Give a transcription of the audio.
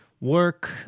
work